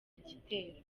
igitero